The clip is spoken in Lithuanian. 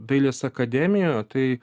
dailės akademijoje tai